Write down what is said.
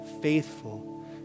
faithful